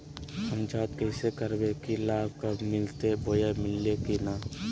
हम जांच कैसे करबे की लाभ कब मिलते बोया मिल्ले की न?